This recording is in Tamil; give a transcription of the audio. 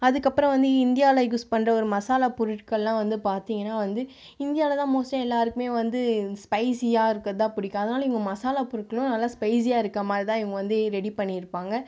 அதுக்கப்பறம் வந்து இந்தியவில் யூஸ் பண்ணுற ஒரு மசாலா பொருட்கள்லாம் வந்து பார்த்தீங்கன்னா வந்து இந்தியாவில் தான் மோஸ்ட்டாக எல்லாருக்குமே வந்து ஸ்பைசியாக இருக்கிறது தான் பிடிக்கும் அதனால் இவங்க மசாலா பொருட்களும் நல்லா ஸ்பைசியாக இருக்கற மாதிரி தான் இவங்க வந்து ரெடி பண்ணியிருப்பாங்க